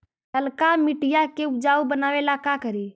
लालका मिट्टियां के उपजाऊ बनावे ला का करी?